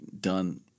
done